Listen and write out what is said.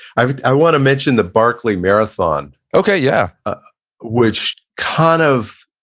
i i wanna mention the barkley marathon okay, yeah which kind of,